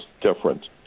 different